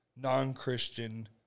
non-Christian